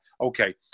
okay